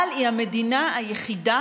אבל היא המדינה היחידה